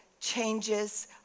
changes